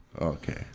Okay